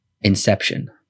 Inception